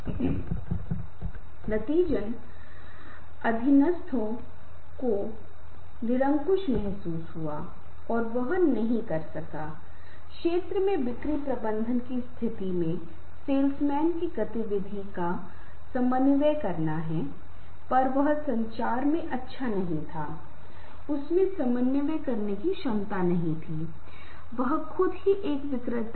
इसलिए हमारी सुविधा के लिए मैं यहां कुछ का उल्लेख कर रहा हूं इसमें पहला है अवोइडिंग स्टाइल इसका मतलब है अगर स्थिति ऐसी है कि हम बच सकते हैं तोह हमे बचना चाहिए क्योंकि कई छोटी छोटी चीजें हमारे जीवन में होती हैं हमारे दिन प्रतिदिन की बातचीत में जहां हमें बहुत जोर देने की आवश्यकता नहीं होती है और हम बच सकते हैं